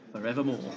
forevermore